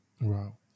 Wow